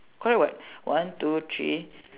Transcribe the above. correct what one two three